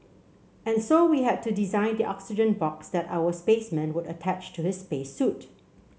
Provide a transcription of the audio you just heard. and so we had to design the oxygen box that our spaceman would attach to his space suit